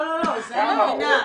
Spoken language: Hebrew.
לא, זה אני מבינה.